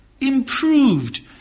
improved